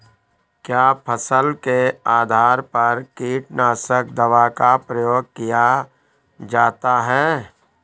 क्या फसल के आधार पर कीटनाशक दवा का प्रयोग किया जाता है?